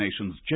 Nations